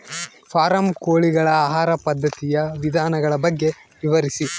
Form ಕೋಳಿಗಳ ಆಹಾರ ಪದ್ಧತಿಯ ವಿಧಾನಗಳ ಬಗ್ಗೆ ವಿವರಿಸಿ?